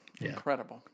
Incredible